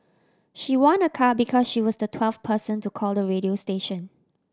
she won a car because she was the twelfth person to call the radio station